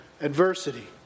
adversity